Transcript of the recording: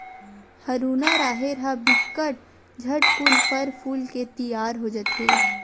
हरूना राहेर ह बिकट झटकुन फर फूल के तियार हो जथे